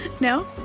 No